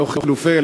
לא "חילופי",